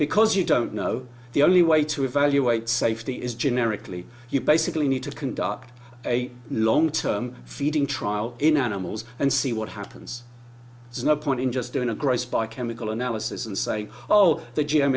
because you don't know the only way to evaluate safety is generically you basically need to conduct a long term feeding trial in animals and see what happens is no point in just doing a gross by chemical analysis and say oh the